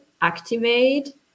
activate